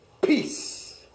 peace